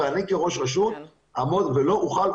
ואני כראש רשות אעמוד ולא אוכל,